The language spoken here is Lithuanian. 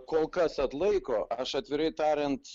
kol kas atlaiko aš atvirai tariant